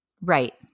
Right